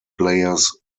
players